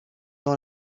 dans